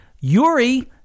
Yuri